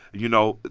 you know,